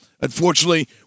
Unfortunately